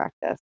practice